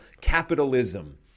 capitalism